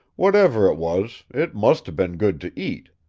whatever it was, it must'a been good to eat.